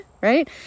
right